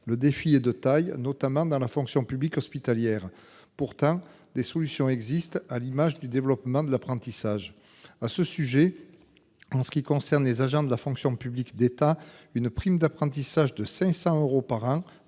Le défi est de taille, notamment dans la fonction publique hospitalière. Pourtant des solutions existent, à l'image du développement de l'apprentissage à ce sujet. En ce qui concerne les agents de la fonction publique d'État, une prime d'apprentissage de 500 euros par an